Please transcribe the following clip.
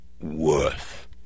worth